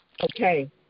Okay